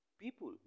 people